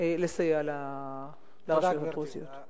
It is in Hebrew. לסייע לרשויות הדרוזיות.